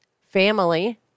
family